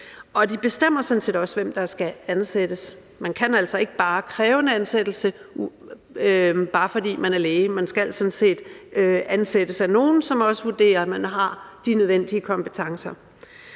De bestemmer sådan set også, hvem der skal ansættes. Man kan altså ikke bare kræve en ansættelse, bare fordi man er læge. Man skal sådan set ansættes af nogle, som også vurderer, at man har de nødvendige kompetencer.